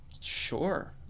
Sure